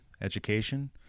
education